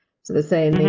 so the same thing.